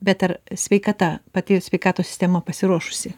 bet ar sveika pati sveikatos sistema pasiruošusi